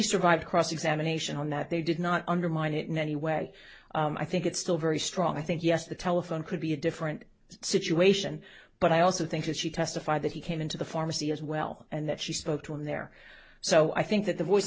survived cross examination and that they did not undermine it in any way i think it's still very strong i think yes the telephone could be a different situation but i also think that she testified that he came into the pharmacy as well and that she spoke to him there so i think that the voice